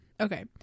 Okay